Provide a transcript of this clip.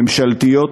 ממשלתיות,